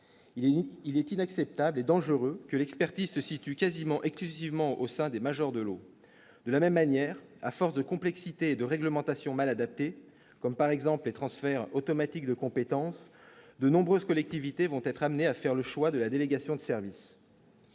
il est inacceptable et dangereuse que l'expertise se situe quasiment exclusivement au sein des majors de l'eau de la même manière, à force de complexité de réglementation mal adapté, comme par exemple les transferts automatiques de compétence, de nombreuses collectivités vont être amenés à faire le choix de la délégation de service